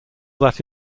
that